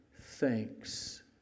thanks